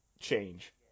change